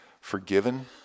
forgiven